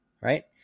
right